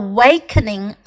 Awakening